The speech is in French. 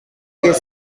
qu’est